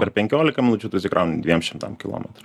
per penkiolika minučių tu įsikrauni dviem šimtam kilometrų